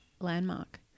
landmark